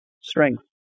Strength